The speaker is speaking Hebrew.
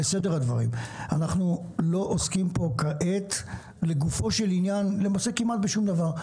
אנחנו לא עוסקים פה לגופו של עניין בכמעט שום דבר,